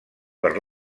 per